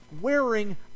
wearing